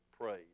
prayed